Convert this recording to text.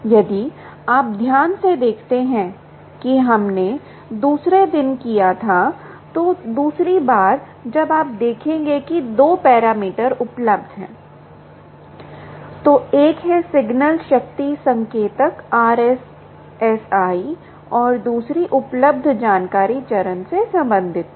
यदि आप ध्यान से देखते हैं कि हमने दूसरे दिन किया था तो दूसरी बार जब आप देखेंगे कि 2 पैरामीटर उपलब्ध हैं तो एक है सिग्नल शक्ति संकेतक RSSI और दूसरी उपलब्ध जानकारी चरण से संबंधित थी